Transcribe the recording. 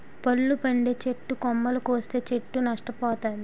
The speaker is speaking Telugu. పళ్ళు పండే చెట్టు కొమ్మలు కోస్తే చెట్టు నష్ట పోతాది